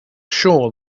sure